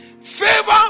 favor